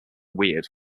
weird